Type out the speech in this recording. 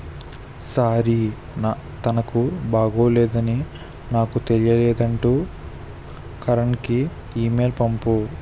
sorry నా తనకు బాగోలేదని నాకు తెలియలేదంటూ కరణ్కి ఈమెయిల్ పంపుము